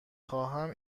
خواهم